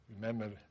Remember